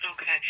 Okay